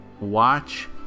watch